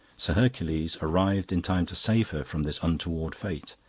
sir hercules arrived in time to save her from this untoward fate,